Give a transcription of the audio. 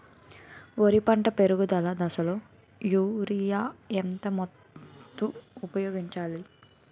వరి పంట పెరుగుదల దశలో యూరియా ఎంత మోతాదు ఊపయోగించాలి?